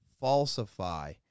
Falsify